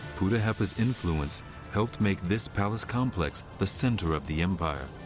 puddaheppa's influence helped make this palace complex the center of the empire.